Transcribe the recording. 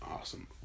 awesome